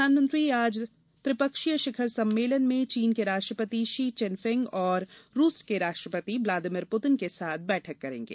प्रधानमंत्री आज त्रिपक्षीय शिखर सम्मेलन में चीन के राष्ट्रपति शी चिनफिंग और रूस के राष्ट्रपति ब्लामदीमिर प्रतीन के साथ बैठक करेंगे